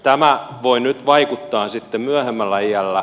tämä voi nyt vaikuttaa sitten myöhemmällä iällä